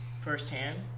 firsthand